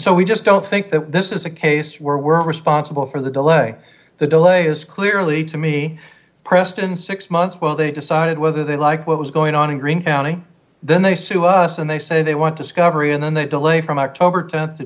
so we just don't think that this is a case where we're responsible for the delay the delay is clearly to me pressed in six months while they decided whether they like what was going on in green county then they sue us and they say they want to scupper e and then they delay from october t